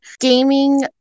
gaming